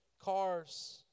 cars